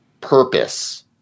purpose